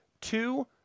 two